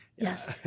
Yes